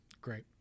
Great